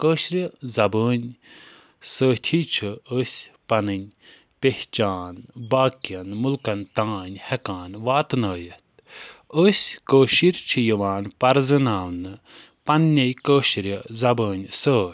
کٲشِرِ زبٲنۍ سۭتی چھِ أسۍ پَنٕنۍ پہچان باقِیَن مُلکَن تام ہٮ۪کان واتٕنٲیِتھ أسۍ کٲشِر چھِ یِوان پَرزٕناونہٕ پنٛنٕے کٲشِرِ زبٲنۍ سۭتۍ